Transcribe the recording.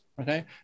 okay